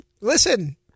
Listen